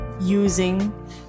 using